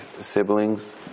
siblings